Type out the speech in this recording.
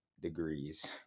degrees